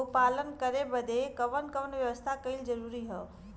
गोपालन करे बदे कवन कवन व्यवस्था कइल जरूरी ह?